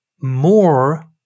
more